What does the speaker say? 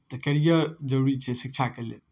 तऽ कैरियर जरूरी छै शिक्षाके लेल